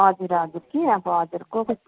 हजुर हजुर कि अब हजुर को को